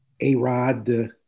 A-Rod